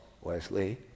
Wesley